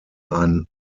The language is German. ein